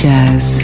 Jazz